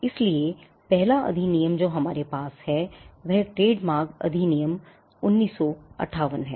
इसलिए पहला अधिनियम जो हमारे पास है वह ट्रेडमार्क अधिनियम 1958 है